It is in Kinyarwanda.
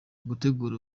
gutegura